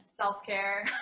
self-care